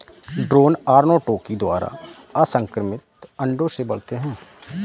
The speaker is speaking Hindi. ड्रोन अर्नोटोकी द्वारा असंक्रमित अंडों से बढ़ते हैं